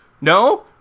No